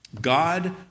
God